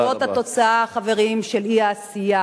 זאת התוצאה, חברים, של אי-עשייה